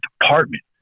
department